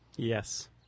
Yes